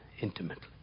intimately